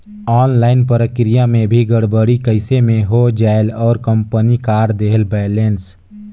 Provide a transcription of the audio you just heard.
Online प्रक्रिया मे भी गड़बड़ी कइसे मे हो जायेल और कंपनी काट देहेल बैलेंस?